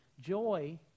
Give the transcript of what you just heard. Joy